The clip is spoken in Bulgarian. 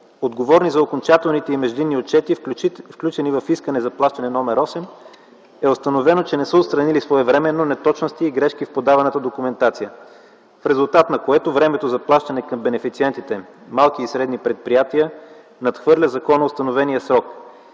отговорни за окончателните и междинни отчети, сключени в искане за Плащане № 8, е установено, че не са отстранили своевременно неточности и грешки в подаваната документация, в резултат на което времето за плащане към бенефициентите – малки и средни предприятия, надхвърля законоустановения срок.